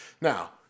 now